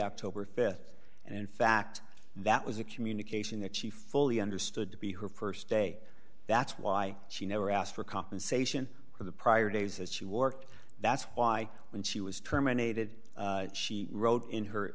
october th and in fact that was a communication that she fully understood to be her st day that's why she never asked for compensation for the prior days as she worked that's why when she was terminated she wrote in h